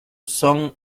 son